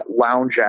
lounge